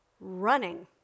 running